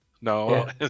No